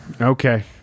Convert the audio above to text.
Okay